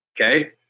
okay